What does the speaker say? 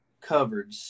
covered